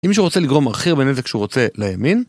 אם מישהו רוצה לגרום הכי הרבה נזק שהוא רוצה לימין